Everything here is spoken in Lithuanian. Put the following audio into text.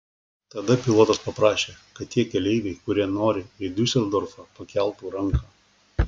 tada pilotas paprašė kad tie keleiviai kurie nori į diuseldorfą pakeltų ranką